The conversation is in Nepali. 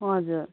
हजुर